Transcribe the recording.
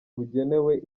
bugenewe